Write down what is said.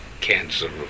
cancer